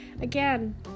Again